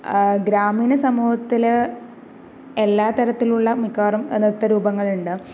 ഗ്രാമിണ സമൂഹത്തില് എല്ലാതരത്തിലുള്ള മിക്കവാറും നൃത്ത രൂപങ്ങളുണ്ട്